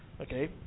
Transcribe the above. Okay